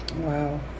Wow